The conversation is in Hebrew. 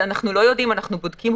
אנחנו לא יודעים, אנחנו בודקים.